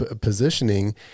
positioning